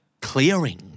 clearing